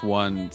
one